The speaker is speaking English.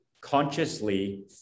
consciously